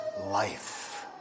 life